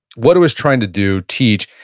what it was trying to do, teach,